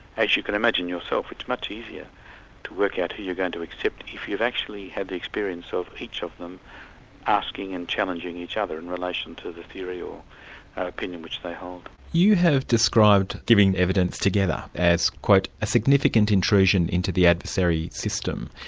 as you can imagine yourself, it's much easier to work out who you're going to accept, if you've actually had the experience of each of them asking and challenging each other in relation to the theory or opinion which they hold. you have described giving evidence together as a significant intrusion into the adversary system.